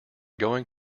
going